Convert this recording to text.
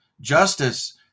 justice